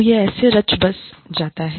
तो यह ऐसे रच बस जाता है